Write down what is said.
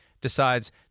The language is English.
Decides